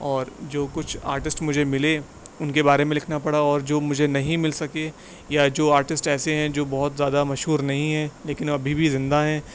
اور جو کچھ آرٹسٹ مجھے ملے ان کے بارے میں لکھنا پڑا اور جو مجھے نہیں مل سکے یا جو آرٹسٹ ایسے ہیں جو بہت زیادہ مشہور نہیں ہیں لیکن ابھی بھی زندہ ہیں